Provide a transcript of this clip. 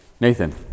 Nathan